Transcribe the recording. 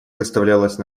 выставлялась